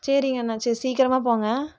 சரிங்கண்ணா சரி சீக்கிரமாக போங்க